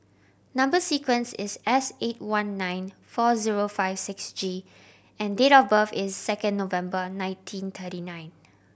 number sequence is S eight one nine four zero five six G and date of birth is second November nineteen thirty nine